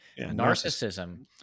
Narcissism